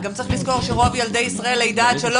גם צריך לזכור שרוב ילדי ישראל לידה עד 3,